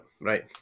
right